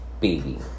baby